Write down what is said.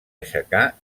aixecar